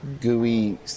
gooey